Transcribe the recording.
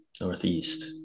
Northeast